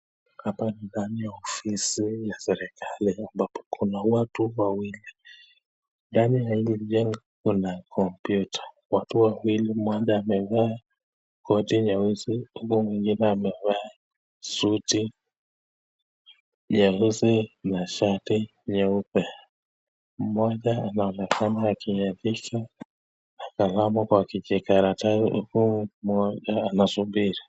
Hapa ndani ya ofisi ya serikali ambapo kuna watu wawili. Ndani ya hilo jengo kuna wateja, watu wawili ambao wamevaa koti nyeusi na mwingine amevaa suti nyeusi na shati nyeupe. Mmoja anaonekana akiandika alama kwa kijikaratasi huku moja anasubiri.